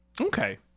Okay